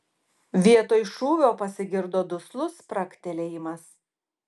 vietoj šūvio pasigirdo duslus spragtelėjimas